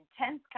intense